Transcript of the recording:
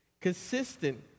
consistent